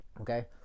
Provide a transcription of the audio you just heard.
Okay